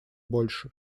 больше